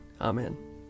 Amen